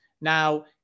Now